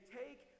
take